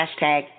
hashtag